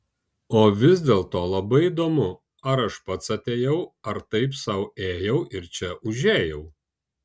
o vis dėlto labai įdomu ar aš pats atėjau ar taip sau ėjau ir čia užėjau